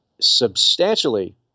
substantially